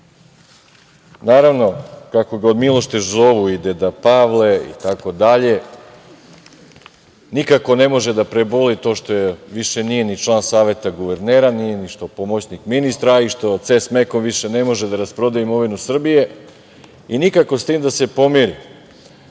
Naravno, kako ga od milošte zovu, deda Pavle i tako dalje, nikako ne može da preboli to što više nije ni član Saveta guvernera, nije ni pomoćnik ministra i što CES Mecon više ne može da rasproda imovinu Srbije i nikako sa tim da se pomiri. Kada